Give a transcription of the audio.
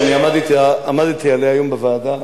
שעמדתי עליה היום בוועדה,